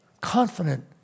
confident